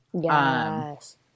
Yes